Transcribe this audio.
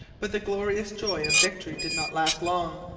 but the glorious joy of victory did not last long.